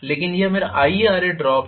लेकिन यह मेरा IaRaड्रॉप है